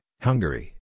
Hungary